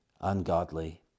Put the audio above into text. Ungodly